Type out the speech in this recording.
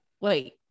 wait